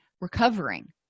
recovering